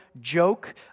joke